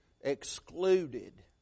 excluded